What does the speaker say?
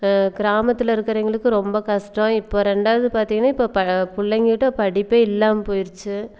கிராமத்தில் இருக்கிறவைங்களுக்கு ரொம்ப கஷ்டம் இப்போ ரெண்டாவது பார்த்தீங்கன்னா இப்போ ப பிள்ளைங்கள்ட்ட படிப்பே இல்லாமல் போயிருச்சு